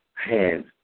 Hands